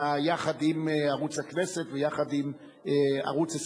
יחד עם ערוץ הכנסת ויחד עם ערוץ-23,